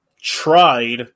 tried